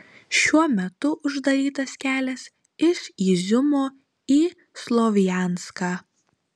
šiuo metu uždarytas kelias iš iziumo į slovjanską